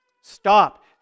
Stop